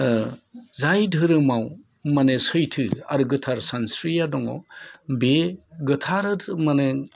ओ जाय धोरोमाव माने सैथो आरो गोथार सानस्रिआ दङ बे गोथार माने